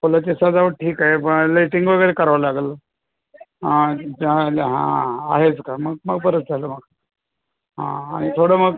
फुलाची सजावट ठीक आहे पण लायटिंग वगैरे करावं लागेल हां आहेच का मग बरंच झालं मग हां आणि थोडं मग